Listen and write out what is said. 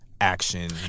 Action